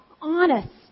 honest